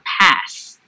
pass